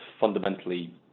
fundamentally